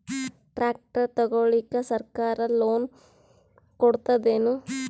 Tractor ತಗೊಳಿಕ ಸರ್ಕಾರ loan ಕೊಡತದೇನು?